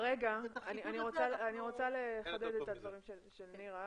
אני רוצה לחדד את הדברים של היועצת המשפטית.